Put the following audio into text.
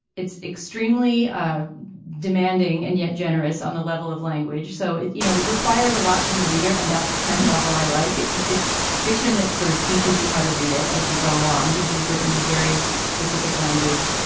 it's extremely ah demanding and yet generous on the level of language. so you know it requires a lot from the reader and that's the kind of novel i like it's it's fiction that sort of teaches you how to read it as you go along because it's written in a very specific language.